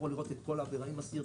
ואפשר לראות את כל העבירה עם הסרטונים.